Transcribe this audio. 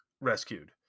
rescued